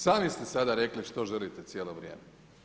Sami ste sada rekli što želite cijelo vrijeme.